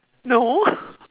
no